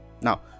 now